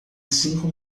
cinco